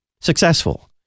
successful